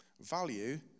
value